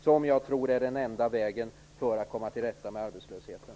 Jag tror att det är den enda vägen att komma till rätta med arbetslösheten.